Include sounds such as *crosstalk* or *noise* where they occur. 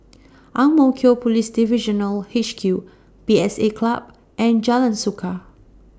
*noise* Ang Mo Kio Police Divisional H Q P S A Club and Jalan Suka